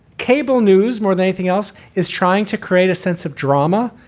cable news, more than anything else is trying to create a sense of drama,